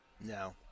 No